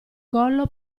collo